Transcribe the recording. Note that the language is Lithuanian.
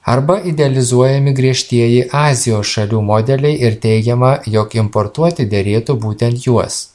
arba idealizuojami griežtieji azijos šalių modeliai ir teigiama jog importuoti derėtų būtent juos